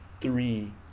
three